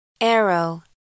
Arrow